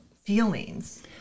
feelings